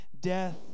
death